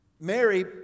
Mary